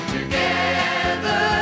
Together